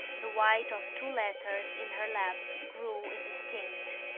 the white of two letters in her lap grew indistinct.